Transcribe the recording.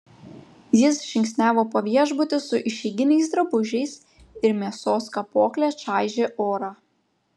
jis žingsniavo po viešbutį su išeiginiais drabužiais ir mėsos kapokle čaižė orą